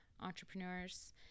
entrepreneurs